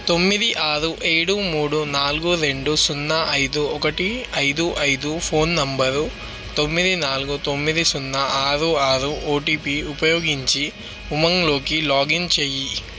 తొమ్మిది ఆరు ఏడు మూడు నాలుగు రెండు సున్నా ఐదు ఒకటి ఐదు ఐదు ఫోన్ నంబర్ తొమ్మిది నాలుగు తొమ్మిది సున్నా ఆరు ఆరు ఓటీపీ ఉపయోగించి ఉమాంగ్లోకి లాగిన్ చేయి